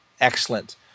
excellent